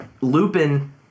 Lupin